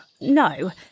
No